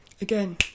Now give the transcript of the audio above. Again